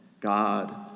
God